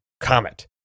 Comet